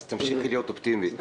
אז תמשיכי להיות אופטימית.